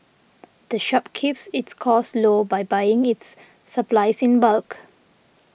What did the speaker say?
the shop keeps its costs low by buying its supplies in bulk